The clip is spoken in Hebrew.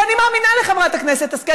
ואני מאמינה לחברת הכנסת השכל,